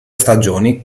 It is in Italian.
stagioni